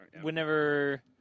whenever